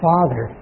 Father